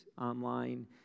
online